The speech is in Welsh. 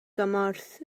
gymorth